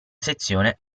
sezione